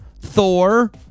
Thor